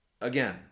again